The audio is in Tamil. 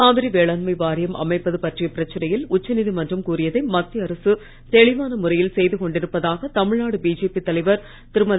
காவிரி வேளாண்மை வாரியம் அமைப்பது பற்றிய பிரச்சனையில் உச்சநீதிமன்றம் கூறியதை மத்திய அரசு தெளிவான முறையில் செய்து கொண்டிருப்பதாக தமிழ்நாடு பிஜேபி தலைவர் திருமதி